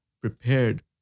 prepared